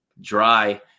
dry